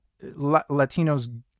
Latinos